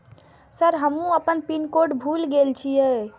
Sir हमू अपना pin code भूल गेल जीये?